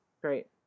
Great